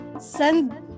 Send